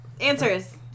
answers